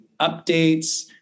updates